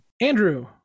Andrew